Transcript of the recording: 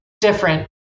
different